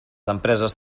empreses